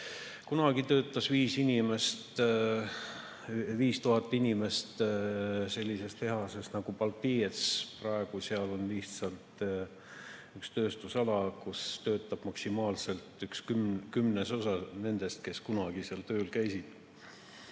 Kunagi töötas 5000 inimest sellises tehases nagu Baltijets, praegu seal on lihtsalt üks tööstusala, kus töötab maksimaalselt üks kümnendik nendest, kes kunagi seal tööl käisid.